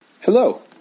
Hello